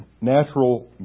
natural